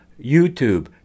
YouTube